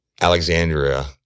Alexandria